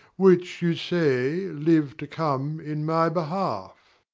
which you say live to come in my behalf.